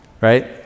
right